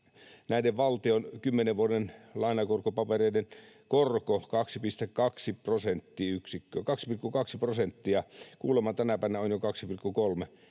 oli valtion kymmenen vuoden lainakorkopapereiden korko 2,2 prosenttia ja kuulemma tänä päivänä on jo 2,3.